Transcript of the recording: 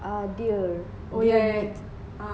err dear dear meat